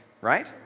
right